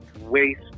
waste